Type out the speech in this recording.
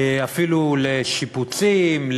אפילו לשיפוצים,